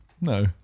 No